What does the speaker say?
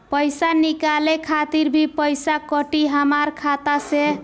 पईसा निकाले खातिर भी पईसा कटी हमरा खाता से?